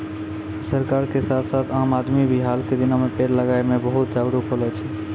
सरकार के साथ साथ आम आदमी भी हाल के दिनों मॅ पेड़ लगाय मॅ बहुत जागरूक होलो छै